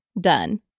done